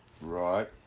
Right